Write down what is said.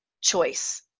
choice